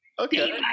okay